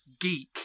geek